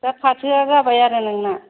दा फाथोआ जाबाय आरो नोंना